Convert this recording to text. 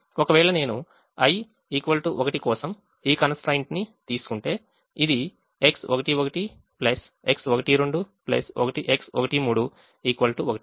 ఒకవేళ నేను i 1 కోసం ఈ కన్స్ ట్రైన్ట్ ని తీసుకుంటే ఇది X11 X12 X13 1